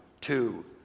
two